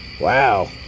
Wow